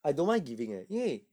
I don't mind giving yeah